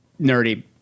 nerdy